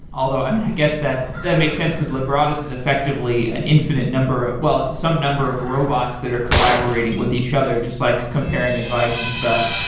although i guess that that make sense because lebradas is effectively an infinite number ah well, it's some number of robots that are collaborating with each other just like comparing advice and stuff.